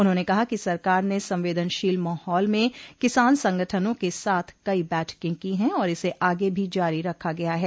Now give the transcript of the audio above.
उन्होंने कहा कि सरकार ने संवेदनशील माहौल मे किसान संगठनों के साथ कई बैठके की है आर इसे आगे भी जारी रखा गया है